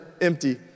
empty